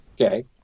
Okay